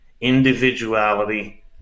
individuality